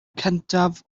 cyntaf